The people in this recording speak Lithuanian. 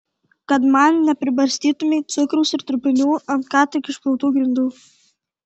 kad man nepribarstytumei cukraus ir trupinių ant ką tik išplautų grindų